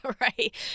Right